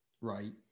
right